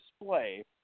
display